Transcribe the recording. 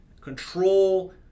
control